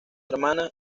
hermana